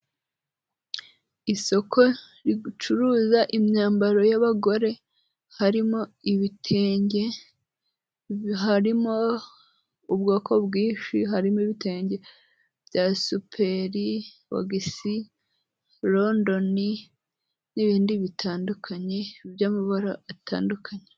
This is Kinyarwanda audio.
Isoko ricuruza imyambaro y'abagore harimo ibitenge bi harimo ubwoko bwinshi harimo ibitenge bya superi ogisi, londoni n'ibindi bitandukanye by'amabara atandukanye.